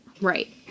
Right